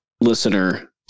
listener